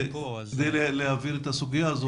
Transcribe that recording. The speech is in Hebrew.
כדי להבהיר את הסוגיה הזאת,